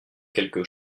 quelque